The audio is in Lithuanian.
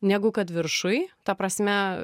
negu kad viršuj ta prasme